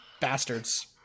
bastards